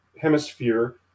hemisphere